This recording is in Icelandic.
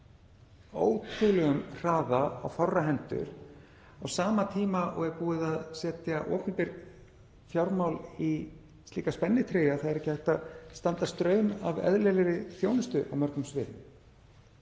með ótrúlegum hraða á fárra hendur á sama tíma og það er búið að setja opinber fjármál í slíka spennitreyju að ekki er hægt að standa straum af eðlilegri þjónustu á mörgum sviðum.